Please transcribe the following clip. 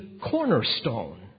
cornerstone